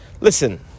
listen